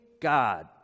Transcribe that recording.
God